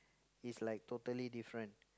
is like totally different